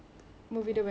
tak bosan just